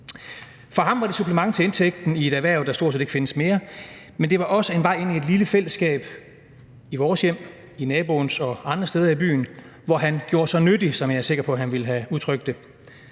For ham var det et supplement til indtægten i et erhverv, der stort set ikke findes mere, men det var også en vej ind i et lille fællesskab i vores hjem, i naboens hjem og andre steder i byen, hvor han gjorde sig nyttig, som jeg er sikker på at han ville have udtrykt det.